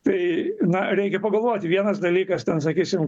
tai na reikia pagalvoti vienas dalykas ten sakysim